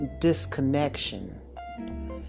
disconnection